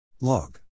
log